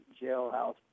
jailhouse